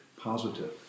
positive